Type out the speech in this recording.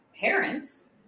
parents